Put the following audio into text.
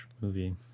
movie